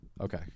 Okay